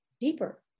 deeper